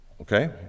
okay